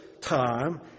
time